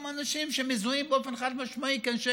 גם אנשים שמזוהים באופן חד-משמעי כאנשי